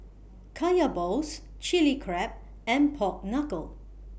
Kaya Balls Chilli Crab and Pork Knuckle